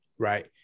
Right